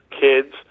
kids